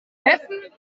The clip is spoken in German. neffen